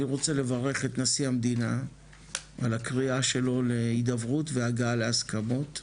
אני רוצה לברך את נשיא המדינה על הקריאה שלו להדברות והגעה להסכמות.